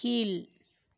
கீழ்